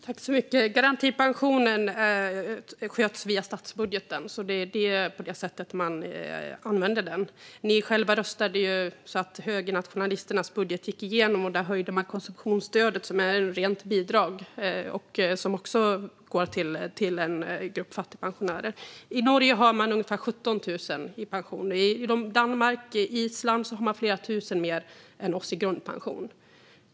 Herr talman! Garantipensionen sköts via statsbudgeten. Det är på det sättet man använder den. Ni själva röstade ju så att högernationalisternas budget gick igenom, och där höjde man konsumtionsstödet. Det är ett rent bidrag som går till en grupp fattigpensionärer. I Norge har man ungefär 17 000 kronor i pension. I Danmark och Island får man flera tusen mer än vi får i grundpension.